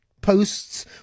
posts